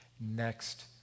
next